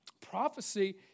Prophecy